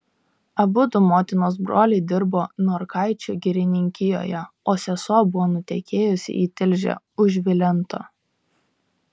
abudu motinos broliai dirbo norkaičių girininkijoje o sesuo buvo nutekėjusi į tilžę už vilento